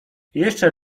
jeszcze